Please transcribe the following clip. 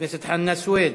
חבר הכנסת חנא סוייד,